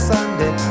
Sunday